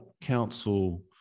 council